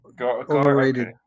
Overrated